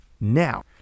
Now